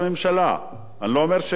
אני לא אומר של כל מי שנמצא פה,